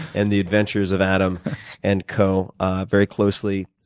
and the adventures of adam and co very closely.